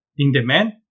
in-demand